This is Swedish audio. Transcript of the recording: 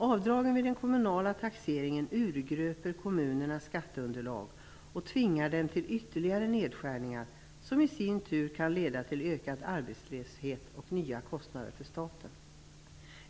Avdragen vid den kommunala taxeringen urgröper kommunernas skatteunderlag och tvingar dem till ytterligare nedskärningar, som i sin tur kan leda till ökad arbetslöshet och nya kostnader för staten.